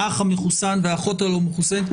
האח המחוסן והאחות הלא מחוסנת,